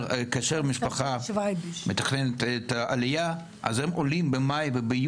גם כשהתחילו לרוץ השמועות סביב זה לקח לנו זמן עד שביררנו.